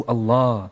Allah